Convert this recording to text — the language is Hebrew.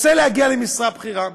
רוצה להגיע למשרה בכירה,